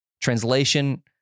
Translation